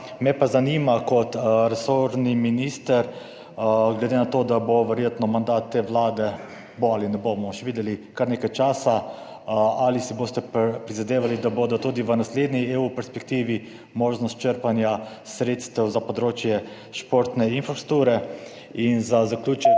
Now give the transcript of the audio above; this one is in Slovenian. Me pa zanima, kot resorni minister, glede na to, da bo verjetno mandat te vlade, bo ali ne, bomo še videli, kar nekaj časa: Ali si boste prizadevali, da bo tudi v naslednji perspektivi EU možnost črpanja sredstev za področje športne infrastrukture? Za zaključek